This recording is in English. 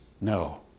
No